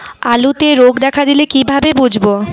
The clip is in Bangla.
আলুতে রোগ দেখা দিলে কিভাবে বুঝবো?